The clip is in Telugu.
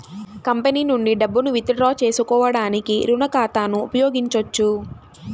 కంపెనీ నుండి డబ్బును విత్ డ్రా చేసుకోవడానికి రుణ ఖాతాను ఉపయోగించొచ్చు